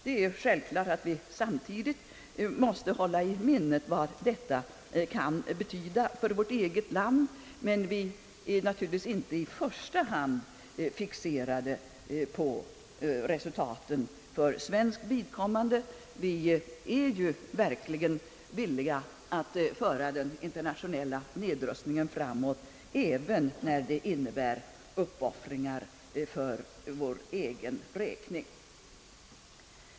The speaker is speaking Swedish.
Det är självklart, att vi ständigt måste hålla i minnet vad detta kan betyda för vårt eget land, men vi bör inte i första hand vara fixerade på resultaten för svenskt vidkommande. Vi måste vara villiga att föra den internationella nedrustningen framåt, även när det kommer att innebära uppoffringar för vår egen räkning.